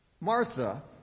Martha